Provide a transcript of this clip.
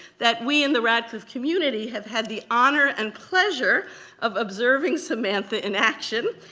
that we in the radcliffe community have had the honor and pleasure of observing samantha in action,